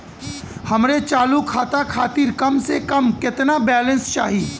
हमरे चालू खाता खातिर कम से कम केतना बैलैंस चाही?